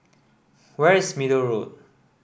where is Middle Road